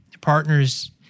partners